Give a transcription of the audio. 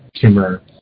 tumor